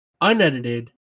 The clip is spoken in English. unedited